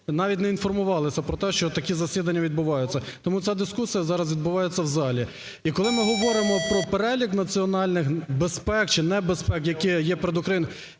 навіть не інформувалися про те, що такі засідання відбуваються. Тому ця дискусія зараз відбувається в залі. І, коли ми говоримо про перелік національних безпек чи небезпек, які є перед Україною,